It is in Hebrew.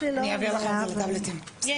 אני אעביר לכם אותה לטאבלטים, בסדר.